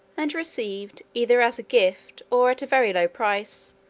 and received, either as a gift, or at a very low price,